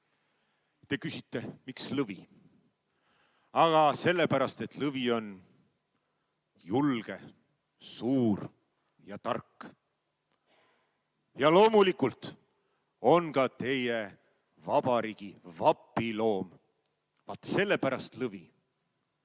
Te küsite, miks lõvi. Aga sellepärast, et lõvi on julge, suur ja tark. Ja loomulikult on ta ka meie vabariigi vapiloom. Vaat sellepärast lõvi!